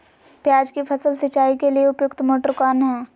प्याज की फसल सिंचाई के लिए उपयुक्त मोटर कौन है?